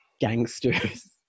gangsters